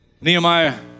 Nehemiah